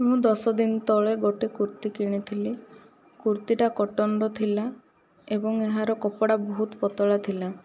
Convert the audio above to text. ମୁଁ ଦଶ ଦିନ ତଳେ ଗୋଟିଏ କୁର୍ତ୍ତୀ କିଣିଥିଲି କୁର୍ତ୍ତୀଟା କଟନର ଥିଲା ଏବଂ ଏହାର କପଡ଼ା ବହୁତ ପତଳା ଥିଲା